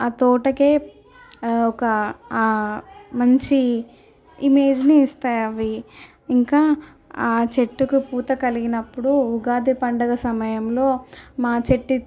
ఆ తోటకే ఒక మంచి ఇమేజ్ని ఇస్తాయి అవి ఇంకా ఆ చెట్టుకు పూత కలిగినప్పుడు ఉగాది పండుగ సమయంలో మా చెట్టు